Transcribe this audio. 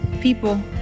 people